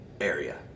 area